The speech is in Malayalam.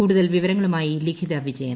കൂടുതൽ വിവരങ്ങളുമായി ലിഖിത വിജയൻ